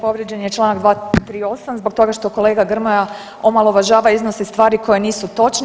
Povrijeđen je čl. 238. zbog toga što kolega Grmoja omalovažava i iznosi stvari koje nisu točne.